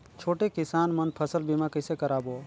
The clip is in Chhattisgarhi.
छोटे किसान मन फसल बीमा कइसे कराबो?